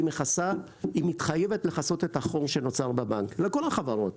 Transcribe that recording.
והיא מתחייבת לכסות את החור שנוצר בבנק - לכל החברות,